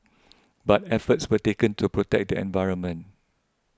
but efforts were taken to protect the environment